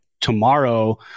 tomorrow